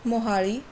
Mohali